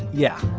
yeah.